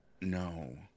No